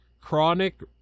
Chronic